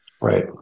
Right